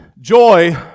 Joy